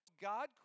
God